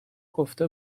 گفته